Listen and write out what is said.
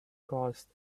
caused